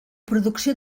producció